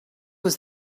was